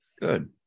Good